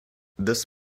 this